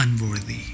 unworthy